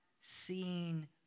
seeing